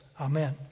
Amen